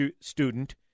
student